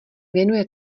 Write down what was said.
věnuje